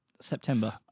September